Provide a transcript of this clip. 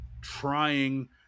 trying